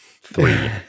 three